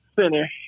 finish